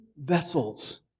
vessels